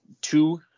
two